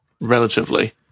relatively